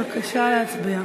בבקשה להצביע.